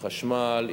חשמל,